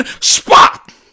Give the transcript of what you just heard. spot